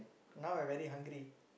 now I very hungry